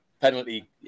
penalty